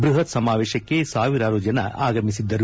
ಬೃಹತ್ ಸಮಾವೇಶಕ್ಕೆ ಸಾವಿರಾರು ಜನ ಆಗಮಿಸಿದ್ದರು